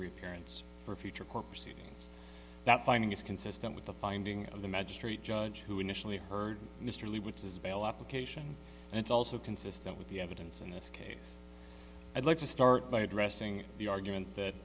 ins for future court proceedings that finding is consistent with the finding of the magistrate judge who initially heard mr lee which is a bail application and it's also consistent with the evidence in this case i'd like to start by addressing the argument that